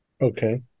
Okay